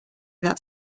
that